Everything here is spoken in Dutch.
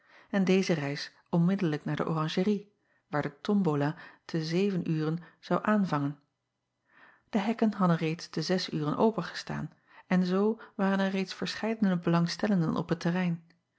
en deze reis onmiddellijk naar de oranjerie waar de tombola te zeven uren zou aanvangen e hekken hadden reeds te zes uren opengestaan en acob van ennep laasje evenster delen zoo waren er reeds verscheidene belangstellenden op het terrein